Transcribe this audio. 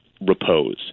repose